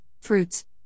fruits